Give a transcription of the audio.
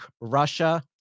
Russia